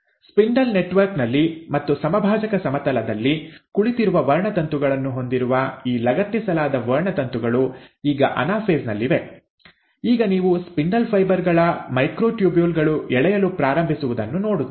spindle network ನಲ್ಲಿ ಮತ್ತು ಸಮಭಾಜಕ ಸಮತಲದಲ್ಲಿ ಕುಳಿತಿರುವ ವರ್ಣತಂತುಗಳನ್ನು ಹೊಂದಿರುವ ಈ ಲಗತ್ತಿಸಲಾದ ವರ್ಣತಂತುಗಳು ಈಗ ಅನಾಫೇಸ್ ನಲ್ಲಿವೆ ಈಗ ನೀವು ಸ್ಪಿಂಡಲ್ ಫೈಬರ್ ಗಳ ಮೈಕ್ರೊಟ್ಯೂಬ್ಯುಲ್ ಗಳು ಎಳೆಯಲು ಪ್ರಾರಂಭಿಸುವುದನ್ನು ನೋಡುತ್ತೀರಿ